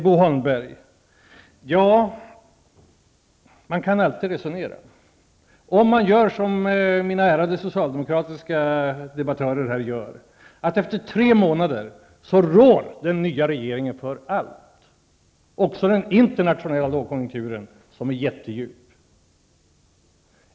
Bo Holmberg, man kan alltid resonera. Man kan göra som mina ärade socialdemokratiska debattörer här gör, nämligen säga att den nya regeringen efter tre månader i regeringsställning rår för allt, även den internationella lågkonjunkturen som är jättedjup.